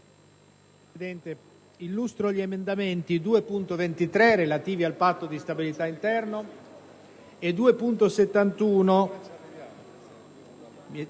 Presidente, illustro gli emendamenti 2.23, relativo al Patto di stabilità interno per